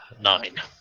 nine